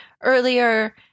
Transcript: earlier